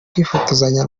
kwifotozanya